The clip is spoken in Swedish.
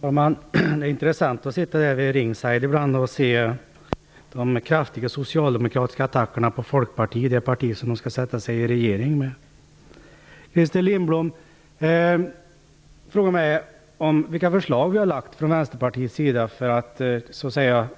Herr talman! Det är intressant att ibland sitta här vid ringside och se de kraftiga socialdemokratiska attackerna på Folkpartiet, det parti som de skall sätta sig i regering med. Christer Lindblom frågade mig om vilka förslag som Vänsterpartiet lagt fram för att